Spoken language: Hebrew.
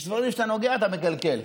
יש דברים שאתה נוגע, אתה מקלקל.